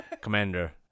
Commander